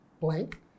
Blank